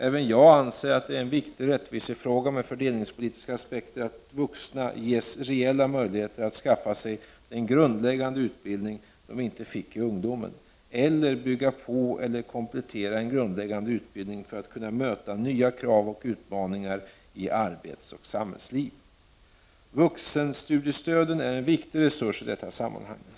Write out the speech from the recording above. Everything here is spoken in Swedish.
Även jag anser att det är en viktig rättvisefråga med fördelningspolitiska aspekter att vuxna ges reella möjligheter att skaffa sig den grundläggande utbildning de inte fick i ungdomen, eller bygga på eller komplettera en grundläggande utbildning för att kunna möta nya krav och utmaningar i arbetsoch samhällsliv. Vuxenstudiestöden är en viktig resurs i detta sammanhang.